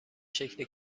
شکل